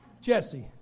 Jesse